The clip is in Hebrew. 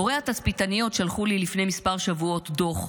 הורי התצפיתניות שלחו לי לפני כמה שבועות דוח,